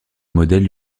modèle